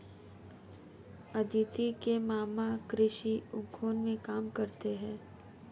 अदिति के मामा कृषि उद्योग में काम करते हैं